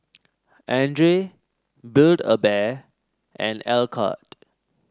Andre Build A Bear and Alcott